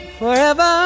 forever